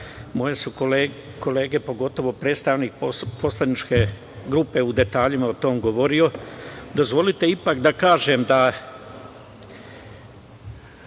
Moje su kolege, pogotovo predstavnik poslaničke grupe u detaljima o tome govorio. Dozvolite ipak da kažem da